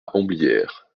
homblières